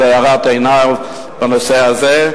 על הארת עיניו בנושא הזה,